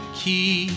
key